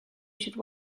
should